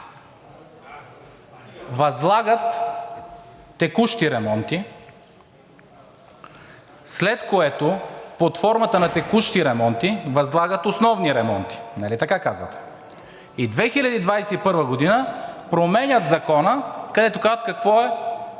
възлагат текущи ремонти, след което под формата на текущи ремонти възлагат основни ремонти, нали така казвате? И 2021 г. променят Закона, където казват какво е